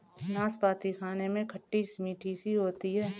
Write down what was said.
नाशपती खाने में खट्टी मिट्ठी सी होती है